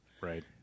Right